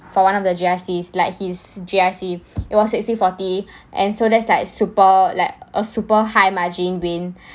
for one of the G_R_C like his G_R_C it was sixty forty and so that's like super like a super high margin win